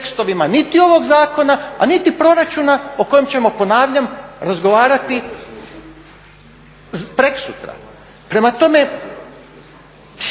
niti ovog zakona, a niti proračuna o kojem ćemo, ponavljam, razgovarati prekosutra. Prema tome,